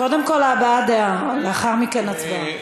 קודם כול הבעת דעה, ולאחר מכן הצבעה.